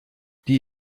die